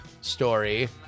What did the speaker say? story